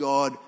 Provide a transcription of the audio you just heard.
God